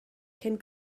cyn